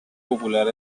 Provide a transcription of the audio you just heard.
popular